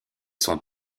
sont